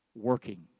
working